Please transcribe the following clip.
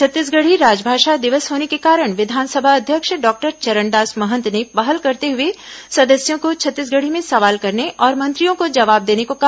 छत्तीसगढ़ी राजभाषा दिवस होने के कारण विधानसभा अध्यक्ष डॉक्टर चरणदास महंत ने पहल करते हुए सदस्यों को छत्तीसगढ़ी में सवाल करने और मंत्रियों को जवाब देने को कहा